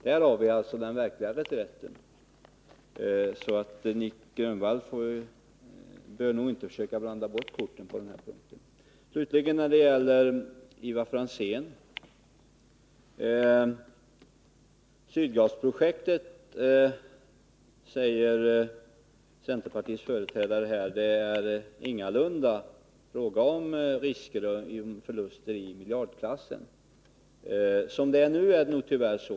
Där har vi alltså den verkliga reträtten, så Nic Grönvall bör inte försöka blanda bort korten på den här punkten. Ivar Franzén, centerpartiets företrädare i den här frågan, säger att Sydgasprojektet ingalunda innebär risker för miljardförluster. Som det nu är, är det tyvärr så.